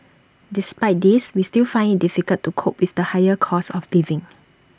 despite this we still find IT difficult to cope with the higher cost of living